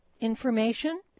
information